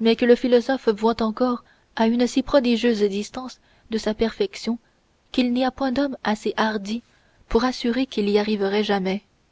mais que le philosophe voit encore à une si prodigieuse distance de sa perfection qu'il n'y a point d'homme assez hardi pour assurer qu'il y arriverait jamais